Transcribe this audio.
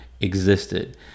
existed